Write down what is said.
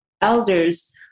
elders